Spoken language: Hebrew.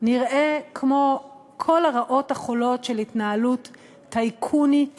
נראה כמו כל הרעות החולות של התנהלות טייקונית